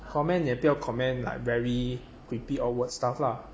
comment 也不要 comment like very creepy or [what] stuff lah